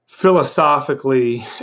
philosophically